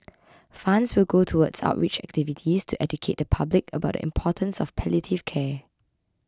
funds will go towards outreach activities to educate the public about the importance of palliative care